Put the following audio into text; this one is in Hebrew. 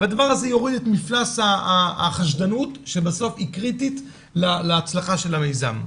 והדבר הזה יוריד את מפלס החשדנות שבסוף היא קריטית להצלחה של המיזם.